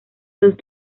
los